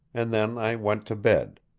and then i went to bed.